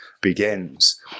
begins